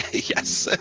yes.